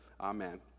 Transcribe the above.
Amen